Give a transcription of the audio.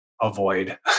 avoid